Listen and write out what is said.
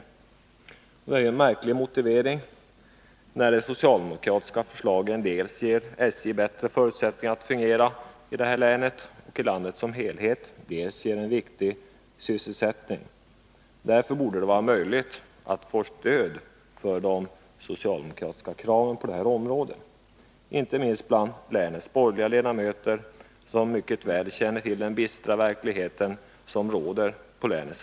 Det är en märklig motivering, när det socialdemokratiska förslaget dels ger SJ bättre förutsättningar att fungera i detta län och i landet som helhet, dels ger en viktig sysselsättning. Därför borde det, inte minst bland länets borgerliga ledamöter, som mycket väl känner till den bistra verkligheten på länets arbetsmarknad, vara möjligt att få stöd för de socialdemokratiska kraven på det här området.